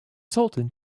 sultan